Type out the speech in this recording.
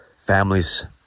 families